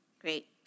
Great